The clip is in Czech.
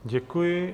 Děkuji.